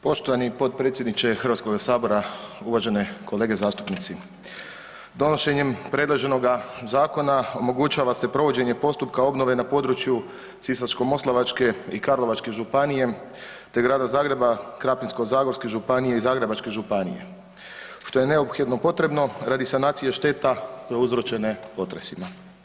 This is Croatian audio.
Poštovani potpredsjedniče Hrvatskog sabora, uvažene kolege zastupnici, donošenjem predloženoga zakona omogućava se provođenje postupka obnove na području Sisačko-moslavačke i Karlovačke županije te Grada Zagreba, Krapinsko-zagorske županije i Zagrebačke županije što je neophodno potrebno radi sanacije šteta prouzročenih potresima.